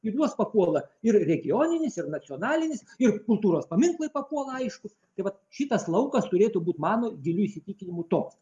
į juos papuola ir regioninis ir nacionalinis ir kultūros paminklai papuola aišku tai vat šitas laukas turėtų būti mano giliu įsitikinimu toks